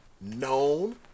known